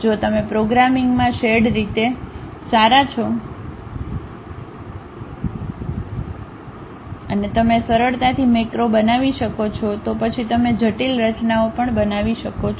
જો તમે પ્રોગ્રામિંગમાં sharad રીતે સારા છો અને તમે સરળતાથી મેક્રો બનાવી શકો છો તો પછી તમે જટિલ રચનાઓ પણ બનાવી શકો છો